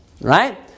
right